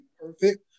perfect